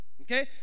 okay